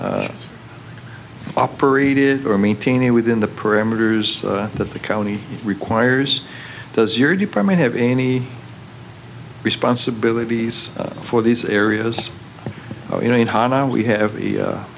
or maintaining within the parameters that the county requires does your department have any responsibilities for these areas you know we have a